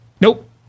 Nope